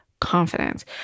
confidence